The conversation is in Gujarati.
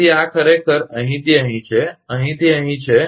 તેથી આ ખરેખર અહીંથી છે અહીંથી અહીં છે